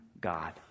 God